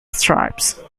stripes